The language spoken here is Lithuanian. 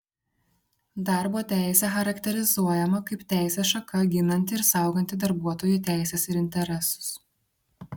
darbo teisė charakterizuojama kaip teisės šaka ginanti ir sauganti darbuotojų teises ir interesus